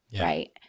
right